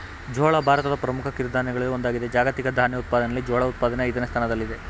ಜೋಳ ಭಾರತದ ಪ್ರಮುಖ ಕಿರುಧಾನ್ಯಗಳಲ್ಲಿ ಒಂದಾಗಿದೆ ಜಾಗತಿಕ ಧಾನ್ಯ ಉತ್ಪಾದನೆಯಲ್ಲಿ ಜೋಳ ಉತ್ಪಾದನೆ ಐದನೇ ಸ್ಥಾನದಲ್ಲಿದೆ